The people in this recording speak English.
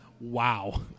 Wow